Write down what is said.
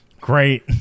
Great